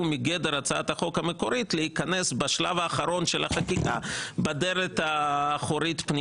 בגדר הצעת החוק המקורית להיכנס פנימה בשלב האחרון של החקיקה בדלת האחורית.